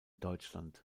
deutschland